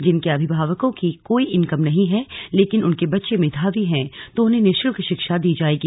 जिनके अभिभावकों की कोई इनकम नहीं है लेकिन उनके बच्चे मेधावी हैं तो उन्हें निःशुल्क शिक्षा दी जाएगी